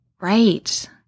right